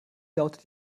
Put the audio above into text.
lautet